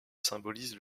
symbolise